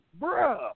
Bruh